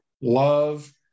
love